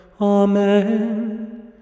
Amen